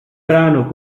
brano